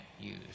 use